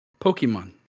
Pokemon